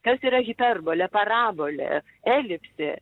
kas yra hiperbolė parabolė elipsė